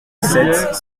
sept